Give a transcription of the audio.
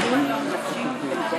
אדוני ישיב.